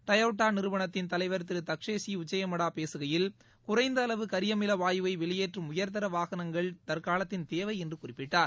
டோயோட்டோநிறுவனத்தின் தலைவர் திருதக்கேஷிஉச்சியமடாபேசுகையில் குறைந்தஅளவு கரியமிலவாயுவை வெளியேற்றும் உயர்தரவாகனங்கள் தற்காலத்தின் தேவைஎன்றுகுறிப்பிட்டார்